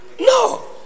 No